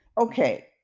Okay